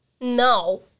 No